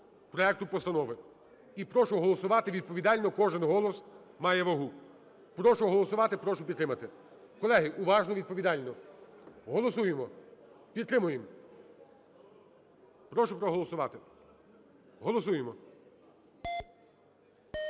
Прошу проголосувати. Голосуємо.